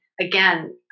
again